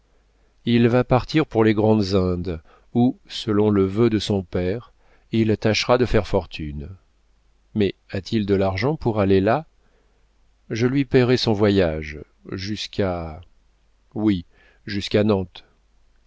il va partir pour les grandes indes où selon le vœu de son père il tâchera de faire fortune mais a-t-il de l'argent pour aller là je lui paierai son voyage jusqu'à oui jusqu'à